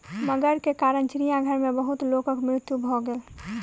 मगर के कारण चिड़ियाघर में बहुत लोकक मृत्यु भ गेल